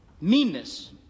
meanness